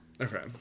Okay